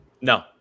No